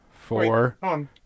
four